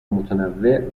متنوع